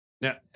Now